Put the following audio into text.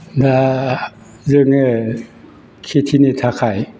दा जोङो खेतिनि थाखाय